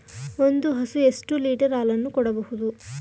ಒಂದು ಹಸು ಎಷ್ಟು ಲೀಟರ್ ಹಾಲನ್ನು ಕೊಡಬಹುದು?